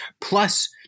plus